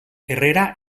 herrera